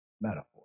metaphor